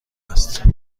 است